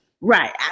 Right